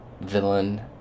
villain